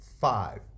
five